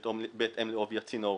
בהתאם לעובי הצינור,